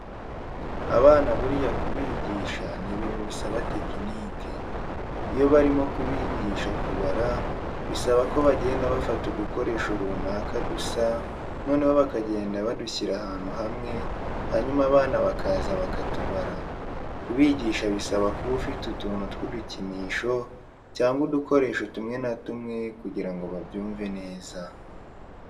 Abana buriya kubigisha ni ibintu bisaba tekenike. Iyo barimo kubigisha kubara bisaba ko bagenda bafata udukoresho runaka dusa noneho bakagenda badushyira ahantu hamwe hanyuma abana bakaza bakatubara. Kubigisha bisaba kuba ufite utuntu tw'udukinisho cyangwa udukoresho tumwe na tumwe kugira ngo babyumve neza.